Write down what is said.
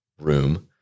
room